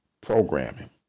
programming